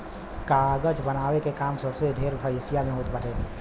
कागज बनावे के काम सबसे ढेर एशिया में होत बाटे